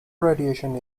radiation